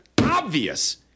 obvious